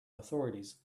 authorities